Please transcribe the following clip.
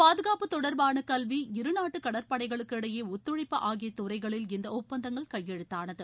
பாதுகாப்புத் தொடர்பான கல்வி இருநாட்டு கடற்படைகளுக்கு இடையே ஒத்துழைப்பு ஆகிய துறைகளில் இந்த ஒப்பந்தங்கள் கையெழுத்தானது